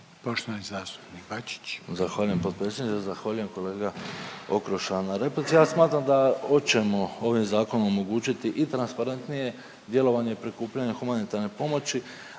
Poštovani zastupnik Bačić. **Bačić, Ante (HDZ)** Zahvaljujem potpredsjedniče, zahvaljujem kolega Okroša na replici. Ja smatram da oćemo ovim zakonom omogućiti i transparentnije djelovanje i prikupljanje humanitarne pomoći,